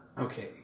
Okay